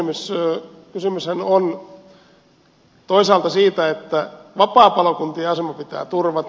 siis kysymyshän on toisaalta siitä että vapaapalokuntien asema pitää turvata